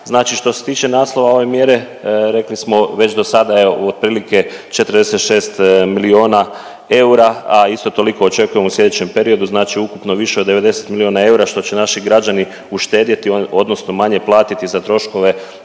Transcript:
što se tiče naslova ove mjere, rekli smo već do sada, evo u otprilike 46 milijuna eura, a isto toliko očekujemo u sljedećem periodu, znači ukupno više od 90 milijuna eura, što će naši građani uštedjeti odnosno manje platiti za troškove